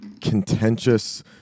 contentious